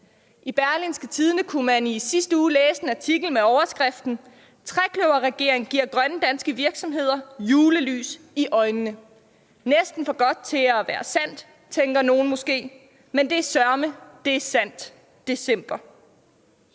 I Berlingske Tidende kunne man i sidste uge læse en artikel med overskriften »Trekløverregering giver grønne danske virksomheder julelys i øjnene« – næsten for godt til at være sandt, tænker nogle måske, men det' søreme, det' sandt, de'cember.